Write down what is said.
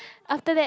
after that